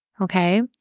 Okay